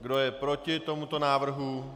Kdo je proti tomuto návrhu?